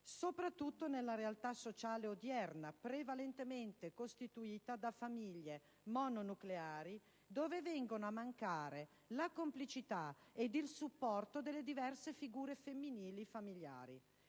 soprattutto nella realtà sociale odierna, prevalentemente costituita da famiglie mononucleari, dove vengono a mancare la complicità e il supporto delle diverse figure femminili familiari.